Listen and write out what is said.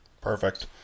perfect